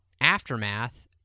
Aftermath